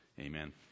amen